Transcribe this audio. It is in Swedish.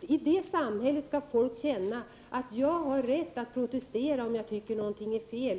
I ett sådant samhälle skall folk känna att de har rätt att protestera om de tycker att någonting är fel.